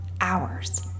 hours